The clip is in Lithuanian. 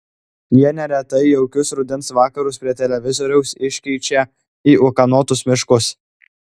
jie neretai jaukius rudens vakarus prie televizoriaus iškeičia į ūkanotus miškus